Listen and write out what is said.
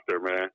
man